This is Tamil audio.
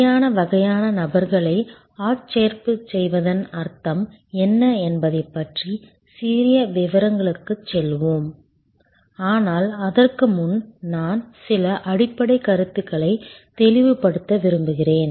சரியான வகையான நபர்களை ஆட்சேர்ப்பு செய்வதன் அர்த்தம் என்ன என்பதைப் பற்றிய சிறிய விவரங்களுக்குச் செல்வோம் ஆனால் அதற்கு முன் நான் சில அடிப்படைக் கருத்துக்களை தெளிவுபடுத்த விரும்புகிறேன்